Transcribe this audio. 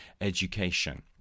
education